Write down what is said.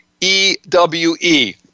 E-W-E